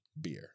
beer